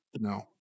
No